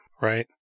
right